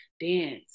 dance